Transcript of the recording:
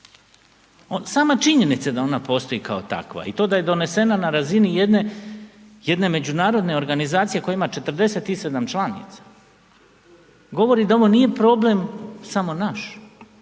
Sama činjenica da ona postoji kao takva i to da je donesena na razini jedne međunarodne organizacije koja ima 47 članica govori da ovo nije problem samo naš,